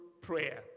prayer